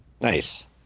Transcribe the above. Nice